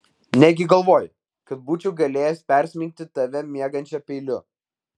negi galvoji kad būčiau galėjęs persmeigti tave miegančią peiliu